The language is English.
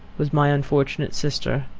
was my unfortunate sister.